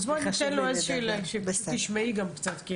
אז ניתן לו כדי שתשמעי גם קצת.